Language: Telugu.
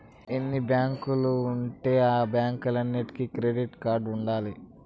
ఎన్ని బ్యాంకులు ఉంటే ఆ బ్యాంకులన్నీటికి క్రెడిట్ కార్డులు ఉంటాయి